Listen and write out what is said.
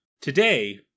Today